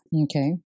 Okay